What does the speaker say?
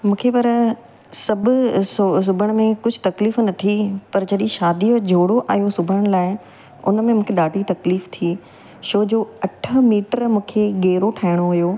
मूंखे पर सभु सिबण में कुझु तक़लीफ़ न थी पर जॾहिं शादी जो जोड़ो आयो सिबण लाइ उन में मूंखे ॾाढी तक़लीफ़ थी छोजो अठ मीटर मूंखे गेरो ठाहिणो हुयो